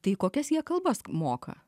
tai kokias jie kalbas moka